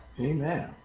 Amen